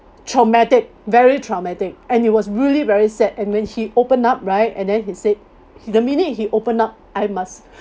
traumatic very traumatic and it was really very sad and when he open up right and then he said the minute he open up I must